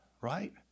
right